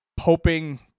hoping